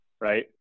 right